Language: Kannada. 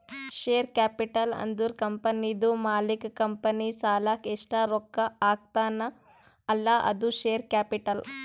ಶೇರ್ ಕ್ಯಾಪಿಟಲ್ ಅಂದುರ್ ಕಂಪನಿದು ಮಾಲೀಕ್ ಕಂಪನಿ ಸಲಾಕ್ ಎಸ್ಟ್ ರೊಕ್ಕಾ ಹಾಕ್ತಾನ್ ಅಲ್ಲಾ ಅದು ಶೇರ್ ಕ್ಯಾಪಿಟಲ್